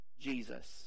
Jesus